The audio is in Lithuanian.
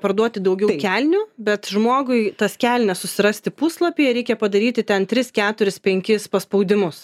parduoti daugiau kelnių bet žmogui tas kelnes susirasti puslapyje reikia padaryti ten tris keturis penkis paspaudimus